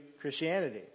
Christianity